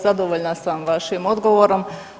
Zadovoljna sam vašim odgovorom.